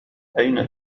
أين